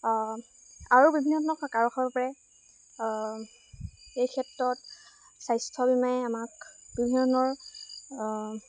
আৰু বিভিন্ন ধৰণৰ কাৰক হ'ব পাৰে এই ক্ষেত্ৰত স্বাস্থ্য বীমায়ে আমাক বিভিন্ন ধৰণৰ